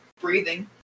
breathing